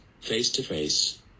face-to-face